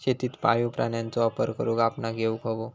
शेतीत पाळीव प्राण्यांचो वापर करुक आपणाक येउक हवो